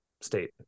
State